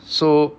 so